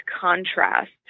contrast